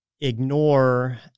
ignore